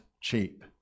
cheap